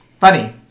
Funny